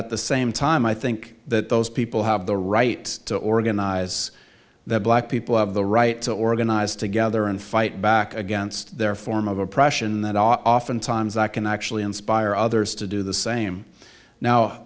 at the same time i think that those people have the right to organize that black people have the right to organize together and fight back against their form of oppression that often times that can actually inspire others to do the same now